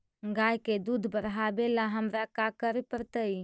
गाय के दुध बढ़ावेला हमरा का करे पड़तई?